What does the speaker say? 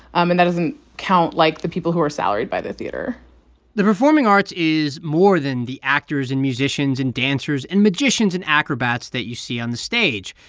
um and that doesn't count, like, the people who are salaried by the theater the performing arts is more than the actors and musicians and dancers and magicians and acrobats that you see on the stage.